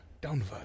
downward